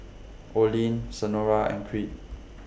Olene Senora and Creed